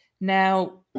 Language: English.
Now